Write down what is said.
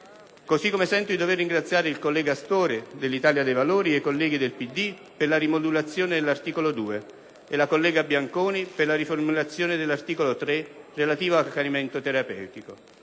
Così come sento di dover ringraziare il collega Astore dell'Italia dei Valori e i colleghi del Partito Democratico per la rimodulazione dell'articolo 2, e la collega Bianconi per la riformulazione dell'articolo 3, relativo all'accanimento terapeutico;